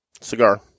Cigar